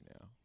now